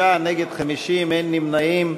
בעד, 36, נגד, 50, אין נמנעים.